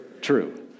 true